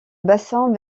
bassin